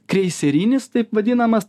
kreiserinis taip vadinamas